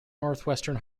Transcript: northwestern